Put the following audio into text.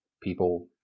people